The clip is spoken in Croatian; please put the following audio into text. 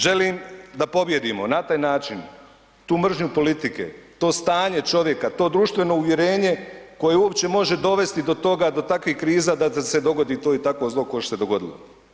Želim da pobijedimo na taj način tu mržnju politike, to stanje čovjeka, to društveno uvjerenje koje uopće može dovesti do toga, do takvih kriza da se dogodi to i takvo zlo ko što se dogodilo.